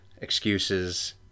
excuses